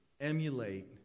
emulate